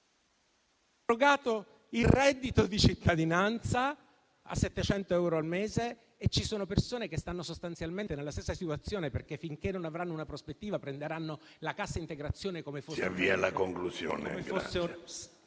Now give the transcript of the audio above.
... il reddito di cittadinanza a 700 euro al mese e ci sono persone che stanno sostanzialmente nella stessa situazione perché finché non avranno una prospettiva, prenderanno la cassa integrazione come fosse un